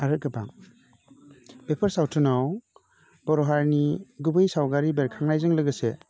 आरो गोबां बेफोर सावथुनाव बर' हारिनि गुबै सावगारि बेरखांनायजों लोगोसे